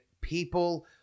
People